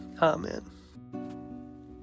Amen